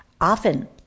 Often